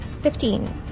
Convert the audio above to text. Fifteen